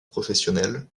professionnels